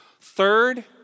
Third